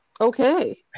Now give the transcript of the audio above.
Okay